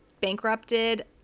bankrupted